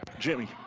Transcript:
Jimmy